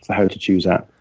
how to choose that.